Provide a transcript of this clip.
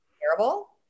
Terrible